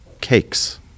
cakes